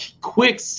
quick